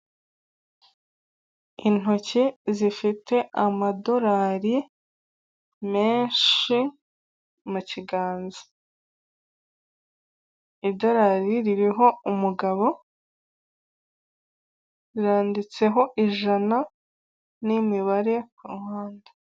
Intoki zifite amadorari menshi mu kiganza idorari ririho umugabo, ryanditseho ijana n'imibare ku ruhande.